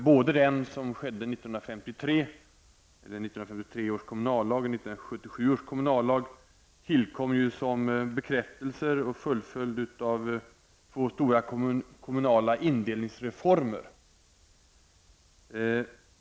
Både 1953 års och 1977 års kommunallagar tillkom som bekräftelser och fullföljande av två stora kommunala indelningsreformer.